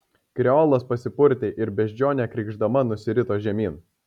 kreolas pasipurtė ir beždžionė krykšdama nusirito žemyn